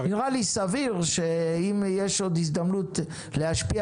נראה לי סביר שאם יש עוד הזדמנות להשפיע